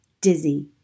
dizzy